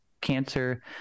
cancer